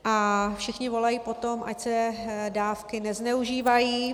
A všichni volají po tom, ať se dávky nezneužívají.